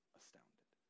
astounded